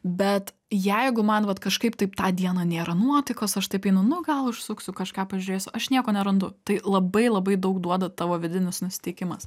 bet jeigu man vat kažkaip tą dieną nėra nuotaikos aš taip einu nu gal užsuksiu kažką pažiūrėsiu aš nieko nerandu tai labai labai daug duoda tavo vidinis nusiteikimas